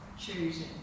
Choosing